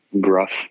gruff